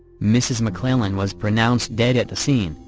mrs. mcclellan was pronounced dead at the scene,